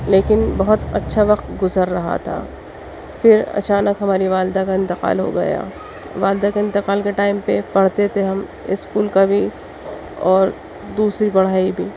لیکن بہت اچھا وقت گزر رہا تھا پھر اچانک ہماری والدہ کا انتقال ہو گیا والدہ کے انتقال کے ٹائم پہ پڑھتے تھے ہم اسکول کا بھی اور دوسری پڑھائی بھی